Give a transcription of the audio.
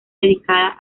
dedicada